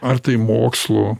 ar tai mokslu